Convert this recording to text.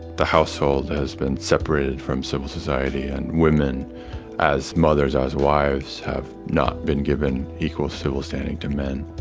the household has been separated from civil society, and women as mothers, as wives have not been given equal civil standing to men.